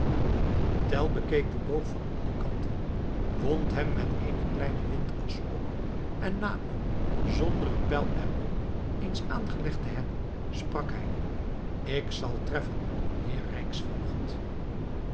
tell bekeek den boog van alle kanten wond hem met eene kleine windas op en na hem zonder een pijl er op eens aangelegd te hebben sprak hij ik zal treffen heer